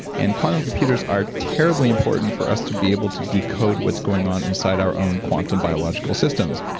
and quantum computers are terribly important for us to be able to decode what's going on inside our own quantum biological systems,